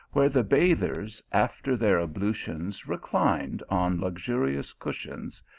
where the bathers after their ablutions reclined on luxuri ous cushions,